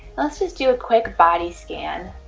let's just do a quick body scan